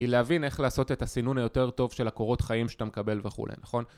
היא להבין איך לעשות את הסינון היותר טוב של הקורות חיים שאתה מקבל וכולי, נכון?